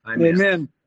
Amen